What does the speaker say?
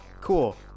Cool